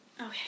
Okay